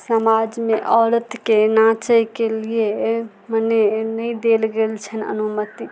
समाजमे औरतके नाचैके लिए मने नहि देल गेल छनि अनुमति